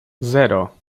zero